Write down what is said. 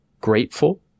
grateful